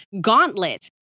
gauntlet